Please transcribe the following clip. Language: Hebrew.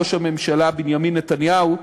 ראש הממשלה בנימין נתניהו,